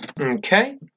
Okay